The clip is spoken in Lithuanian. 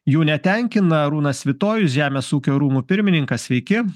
jų netenkina arūnas svitojus žemės ūkio rūmų pirmininkas sveiki